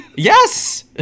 Yes